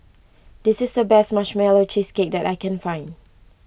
this is the best Marshmallow Cheesecake that I can find